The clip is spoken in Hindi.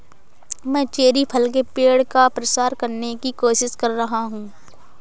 मैं चेरी फल के पेड़ का प्रसार करने की कोशिश कर रहा हूं